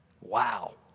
Wow